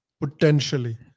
potentially